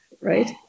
right